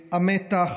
שהמתח,